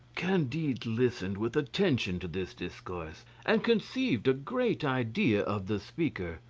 candide listened with attention to this discourse, and conceived a great idea of the speaker,